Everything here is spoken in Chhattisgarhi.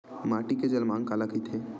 माटी के जलमांग काला कइथे?